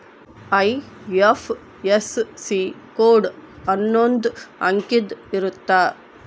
IFSC code ಅನ್ನೊಂದ್ ಅಂಕಿದ್ ಇರುತ್ತ